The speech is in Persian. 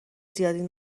زیادی